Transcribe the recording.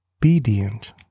obedient